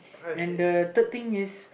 and the third thing is